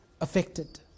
affected